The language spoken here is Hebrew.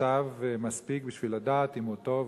פסיקותיו מספיק בשביל לדעת אם הוא טוב,